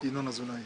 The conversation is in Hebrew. ינון אזולאי,